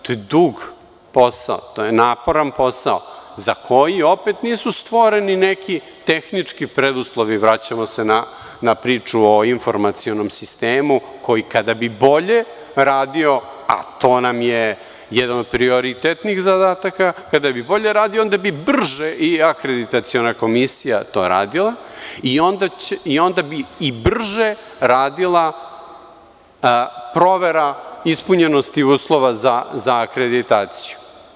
To je dug posao, to je naporan posao za koji opet nisu stvoreni neki tehnički preduslovi, vraćamo se na priču o informacionom sistemu, koji kada bi bolje radio, a to nam je jedan od prioritetnijih zadataka, kada bi bolje radio onda bi brže i akreditaciona komisija to radila i onda bi i brže radila provera ispunjenosti uslova za akreditaciju.